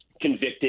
convicted